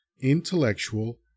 intellectual